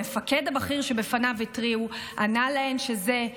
המפקד הבכיר שבפניו התריעו ענה להן שאלה פנטזיות.